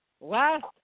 Last